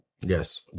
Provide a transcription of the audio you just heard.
Yes